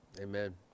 Amen